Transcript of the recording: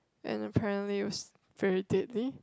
and apparently it was very deadly